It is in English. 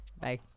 Bye